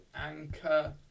Anchor